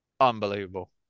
unbelievable